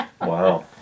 Wow